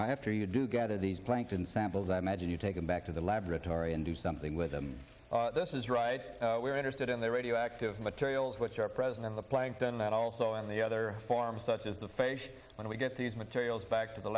now after you do get to these plankton samples i imagine you take them back to the laboratory and do something with them this is right we're interested in the radioactive materials which are present in the plankton that also in the other forms such as the face when we get these materials back to the